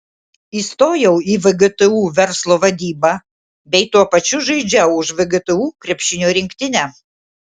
įstojau į vgtu verslo vadybą bei tuo pačiu žaidžiau už vgtu krepšinio rinktinę